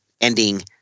ending